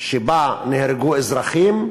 שבה נהרגו אזרחים,